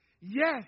Yes